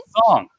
song